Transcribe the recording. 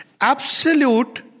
Absolute